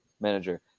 manager